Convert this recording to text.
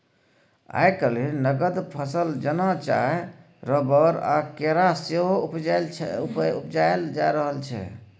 आइ काल्हि नगद फसल जेना चाय, रबर आ केरा सेहो उपजाएल जा रहल छै